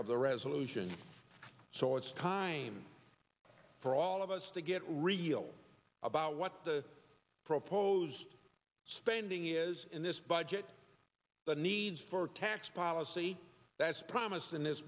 of the resolution so it's time for all of us to get real about what the proposed spending is in this budget the need for tax policy that's promised in this